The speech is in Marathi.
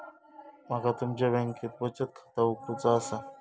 माका तुमच्या बँकेत बचत खाता उघडूचा असा?